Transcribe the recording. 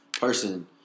person